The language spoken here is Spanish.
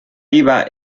iban